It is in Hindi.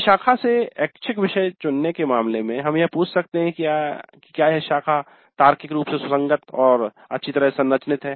किसी शाखा से ऐच्छिक विषय चुनने के मामले में हम यह पूछ सकते हैं कि क्या यह शाखा तार्किक रूप से सुसंगत और अच्छी तरह से संरचित है